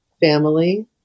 family